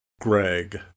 Greg